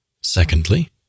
Secondly